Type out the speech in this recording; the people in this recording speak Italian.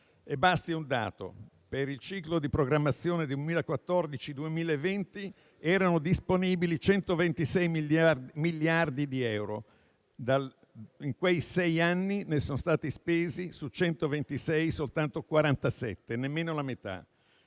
Basti un dato: per il ciclo di programmazione 2014-2020 erano disponibili 126 miliardi di euro; in quei sei anni, su 126, ne sono stati spesi soltanto 47, nemmeno la metà.